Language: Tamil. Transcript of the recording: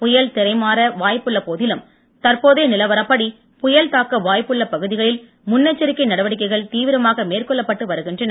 புயல் திசைமாற வாய்ப்புள்ள போதிலும் தற்போதைய நிலவரப்படி புயல் தாக்க வாய்ப்புள்ள பகுதிகளில் முன்னெச்சரிக்கை நடவடிக்கைகள் தீவிரமாக மேற்கொள்ளப்பட்டு வருகின்றன